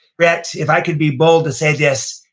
brett, if i could be bold to say this,